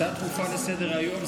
הצעה דחופה לסדר-היום.